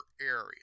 area